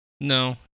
No